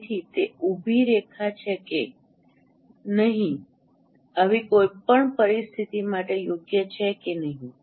તેથી તે ઉભી રેખા છે કે નહીં આવી કોઈપણ પરિસ્થિતિ માટે યોગ્ય છે કે નહીં